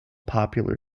popular